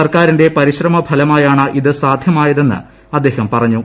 സർക്കാരിന്റെ പരിശ്രമ ഫലമായാണ് ഇത് സാധ്യമായതെന്ന് അദ്ദേഹം പറഞ്ഞു